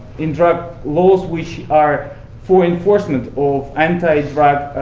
in drug laws which are for enforcement of anti-drug